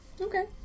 Okay